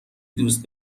دوست